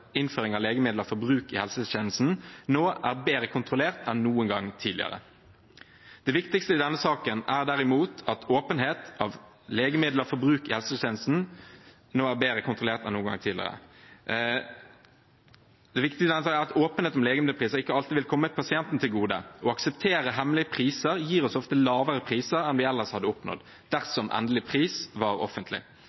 av legemidler for bruk i helsetjenesten nå er bedre kontrollert enn noen gang tidligere. Det viktigste i denne saken er derimot at åpenhet om legemiddelpriser ikke alltid vil komme pasienten til gode. Å akseptere hemmelige priser gir oss ofte lavere priser enn vi ellers hadde oppnådd